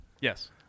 Yes